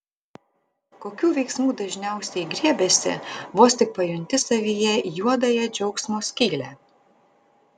kokių veiksmų dažniausiai griebiesi vos tik pajunti savyje juodąją džiaugsmo skylę